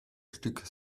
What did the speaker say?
stück